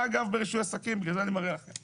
ברישוי עסקים ולכן אני מביא את זה כדוגמה